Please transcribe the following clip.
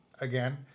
again